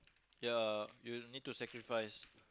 ya you need to sacrifice